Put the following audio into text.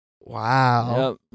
wow